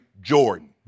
Jordan